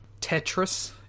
Tetris